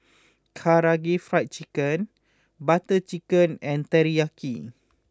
Karaage Fried Chicken Butter Chicken and Teriyaki